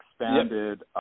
expanded